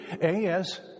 A-S